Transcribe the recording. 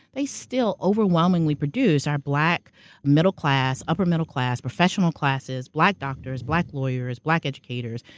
they still overwhelmingly produce our black middle class, upper middle class, professional classes, black doctors, black lawyers, black educators,